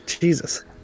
Jesus